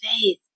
faith